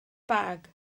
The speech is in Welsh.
bag